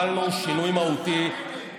מרגע הקמת הממשלה הובלנו שינוי מהותי ביחס